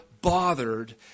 bothered